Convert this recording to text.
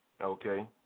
Okay